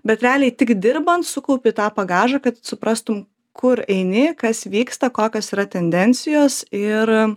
bet realiai tik dirbant sukaupi tą bagažą kad suprastum kur eini kas vyksta kokios yra tendencijos ir